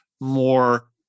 more